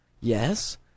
yes